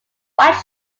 white